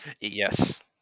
yes